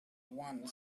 one